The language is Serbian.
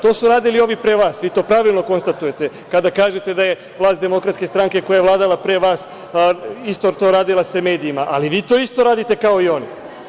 To su radili ovi pre vas, vi to pravilno konstatujete kada kažete da je vlast DS, koja je vladala pre vas, isto to radila sa medijima, ali vi to isto radite kao i oni.